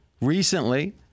recently